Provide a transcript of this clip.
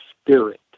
spirit